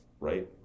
right